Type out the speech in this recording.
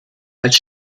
als